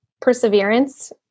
perseverance